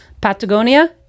Patagonia